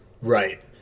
Right